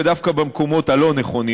ודווקא במקומות הלא-נכונים,